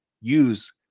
Use